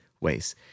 ways